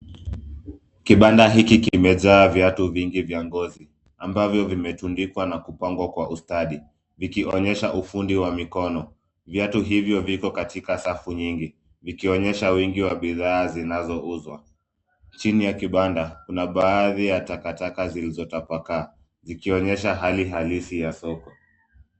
Kibanda hiki kimejaa viatu vingi vya ngozi ambavyo vimetundikwa na kupangwa kwa ustadi, vikionyesha ufundi wa mikono. Viatu hivyo viko katika safu nyingi vikionyesha wingi wa bidhaa zinazouzwa. Chini ya kibanda kuna baadhi ya takataka zilizotapakaa zikionyesha hali halisi ya soko.